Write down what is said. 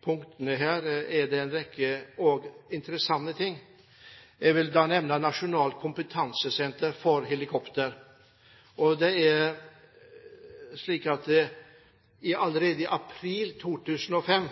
punktene her er en rekke interessante ting. Jeg vil da nevne nasjonalt kompetansesenter for helikopter. Allerede i april 2005